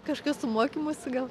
kažkas su mokymusi gal